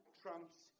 trumps